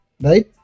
right